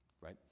right